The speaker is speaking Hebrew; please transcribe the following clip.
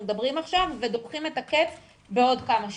מדברים עכשיו ודוחים את הקץ בעוד כמה שנים.